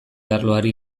arloari